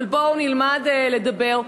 אבל בואו נלמד לדבר,